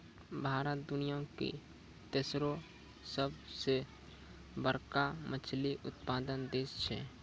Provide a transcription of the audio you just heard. भारत दुनिया के तेसरो सभ से बड़का मछली उत्पादक देश छै